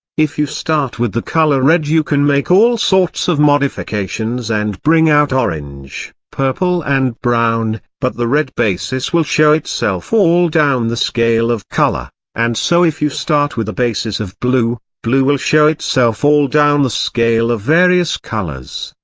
if you start with the colour red you can make all sorts of modifications and bring out orange, purple and brown, but the red basis will show itself all down the scale of colour, and so if you start with a basis of blue, blue will show itself all down the scale of various colours.